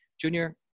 Junior